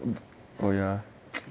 oh ya